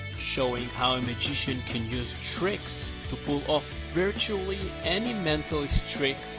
showing how a magician can use tricks to pull off virtually any mentalist trick,